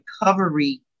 recovery